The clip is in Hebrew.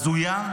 הזויה.